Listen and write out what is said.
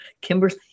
Kimberly